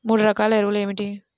మూడు రకాల ఎరువులు ఏమిటి?